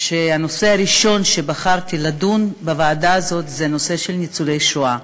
והנושא הראשון שבחרתי לדון בו בוועדה הזאת הוא נושא ניצולי השואה,